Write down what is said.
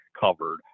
covered